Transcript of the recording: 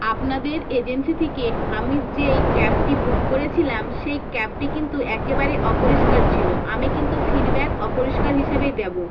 আপনাদের এজেন্সি থেকে আমি যেই ক্যাবটি বুক করেছিলাম সেই ক্যাবটি কিন্তু একেবারে অপরিষ্কার ছিলো আমি কিন্তু ফিডব্যাক অপরিষ্কার হিসাবেই দেবো